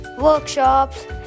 Workshops